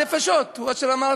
ארבע נפשות, הוא אשר אמרתי.